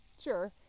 sure